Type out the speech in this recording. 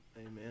amen